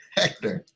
hector